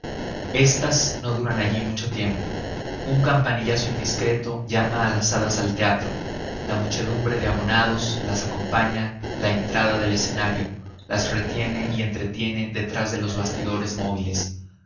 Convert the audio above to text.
estas no duran allí mucho tiempo un campanillazo indiscreto llama a las hadas al teatro la muchedumbre de abonados las acompaña la entrada del escenario las retiene y entretiene detrás de los bastidores móviles